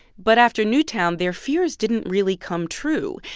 but after newtown, their fears didn't really come true.